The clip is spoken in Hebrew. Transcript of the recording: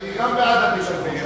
גם אני בעד ביטחון.